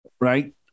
right